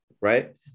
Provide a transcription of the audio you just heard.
Right